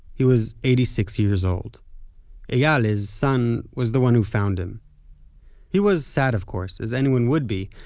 he was eighty-six years old eyal, his son, was the one who found him he was sad, of course, as anyone would be.